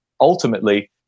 ultimately